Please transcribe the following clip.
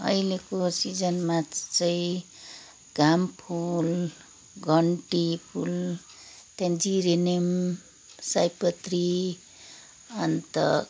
अहिलेको सिजनमा चाहिँ घामफुल घन्टीफुल त्यहाँदेखि जिरेनियम सयपत्री अन्त